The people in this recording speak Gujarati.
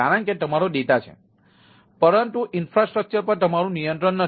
કારણ કે તમારો ડેટા છે પરંતુ ઇન્ફ્રાસ્ટ્રક્ચર પર તમારું નિયંત્રણ નથી